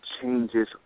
changes